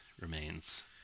remains